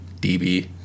DB